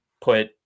put